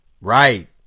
Right